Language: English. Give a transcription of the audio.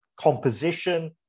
composition